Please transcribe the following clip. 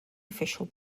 official